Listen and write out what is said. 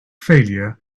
failure